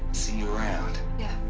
see you around yeah.